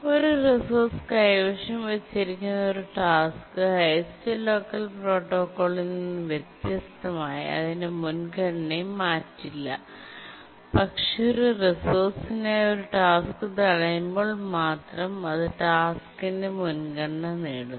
ഒരു റിസോഴ്സ് കൈവശം വച്ചിരിക്കുന്ന ഒരു ടാസ്ക് ഹൈഎസ്റ് ലോക്കർ പ്രോട്ടോക്കോളിൽ നിന്ന് വ്യത്യസ്തമായി അതിന്റെ മുൻഗണനയെ മാറ്റില്ല പക്ഷേ ഒരു റിസോഴ്സിനായി ഒരു ടാസ്ക് തടയുമ്പോൾ മാത്രം അത് ടാസ്ക്കിന്റെ മുൻഗണന നേടുന്നു